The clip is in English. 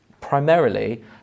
Primarily